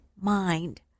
mind